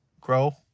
grow